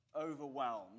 overwhelmed